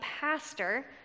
pastor